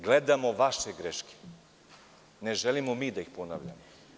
Gledamo vaše greške i ne želimo mi da ih ponavljamo.